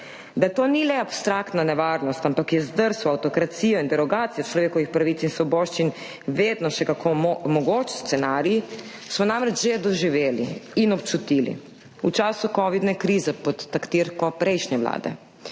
Da to ni le abstraktna nevarnost, ampak je zdrs v avtokracijo in derogacijo človekovih pravic in svoboščin vedno še kako mogoč scenarij, smo namreč že doživeli in občutili v času covidne krize pod taktirko prejšnje vlade,